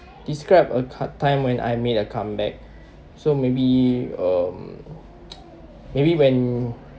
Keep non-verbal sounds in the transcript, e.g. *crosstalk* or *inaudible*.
describe a card~ time when I made a comeback so maybe um *noise* maybe when